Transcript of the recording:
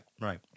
right